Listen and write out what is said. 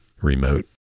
remote